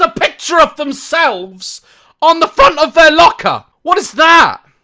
ah picture of themselves on the front of their locker? what is that?